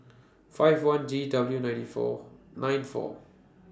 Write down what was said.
five one G W ninety four nine four